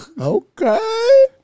Okay